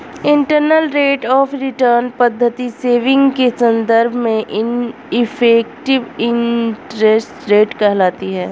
internal rate of return पद्धति saving के संदर्भ में इफेक्टिव इंटरेस्ट रेट कहलाती है